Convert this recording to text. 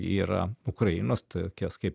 yra ukrainos tokios kaip